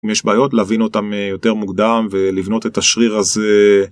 יש בעיות להבין אותם יותר מוקדם ולבנות את השריר הזה.